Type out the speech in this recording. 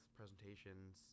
presentations